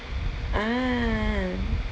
ah